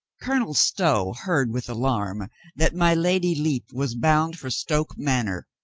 colonel stow heard with alarm that my lady lepe was bound for stoke manor.